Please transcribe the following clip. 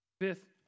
Fifth